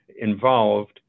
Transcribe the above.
involved